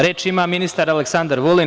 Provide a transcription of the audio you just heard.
Reč ima ministar Aleksandar Vulin.